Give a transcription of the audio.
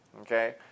Okay